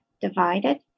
divided